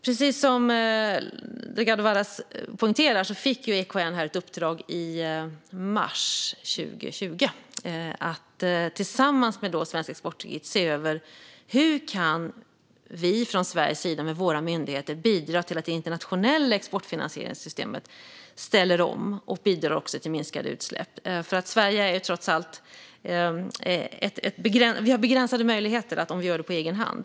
Precis som Delgado Varas poängterar fick EKN i mars 2020 i uppdrag att tillsammans med Svensk Exportkredit se över hur vi från Sveriges sida med våra myndigheter kan bidra till att det internationella exportfinansieringssystemet ställer om och bidrar till minskade utsläpp. Sverige har trots allt begränsade möjligheter att göra detta på egen hand.